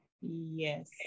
Yes